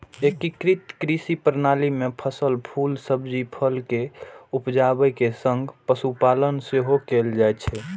एकीकृत कृषि प्रणाली मे फसल, फूल, सब्जी, फल के उपजाबै के संग पशुपालन सेहो कैल जाइ छै